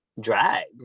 drag